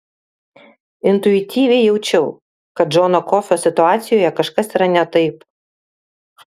intuityviai jaučiau kad džono kofio situacijoje kažkas yra ne taip